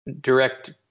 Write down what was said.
direct